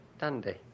Dandy